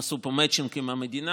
הם עשו פה מצ'ינג עם המדינה,